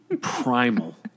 primal